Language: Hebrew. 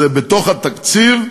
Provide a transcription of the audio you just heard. זה בתוך התקציב,